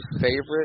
favorite